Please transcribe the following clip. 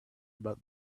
about